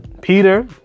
Peter